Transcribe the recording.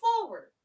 forward